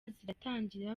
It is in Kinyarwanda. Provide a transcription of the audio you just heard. ziratangira